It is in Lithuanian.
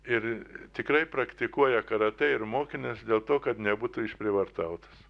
ir tikrai praktikuoja karatė ir mokinas dėl to kad nebūtų išprievartautos